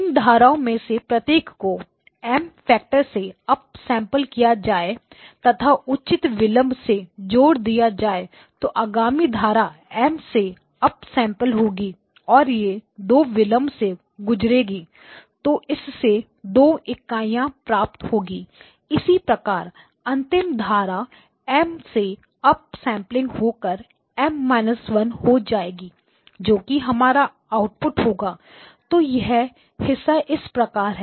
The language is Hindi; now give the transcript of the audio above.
इन धाराओं में से प्रत्येक को एम M फैक्टर से अप सैंपल किया जाए तथा उचित विलंब को जोड़ा जाए तो आगामी धारा एम M से अप सैंपल होगी और यह दो विलंब से गुजरेगी तो इससे 2 इकाइयां प्राप्त होगी इसी प्रकार अंतिम धारा एम M से अप सेंपलिंग होकर M −1 हो जाएगी जो कि हमारा आउटपुट होगा तो यह हिस्सा इस प्रकार है